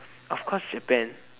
of course Japan